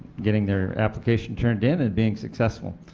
getting their application turned in and being successful.